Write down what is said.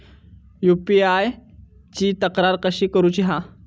UPI ची तक्रार कशी करुची हा?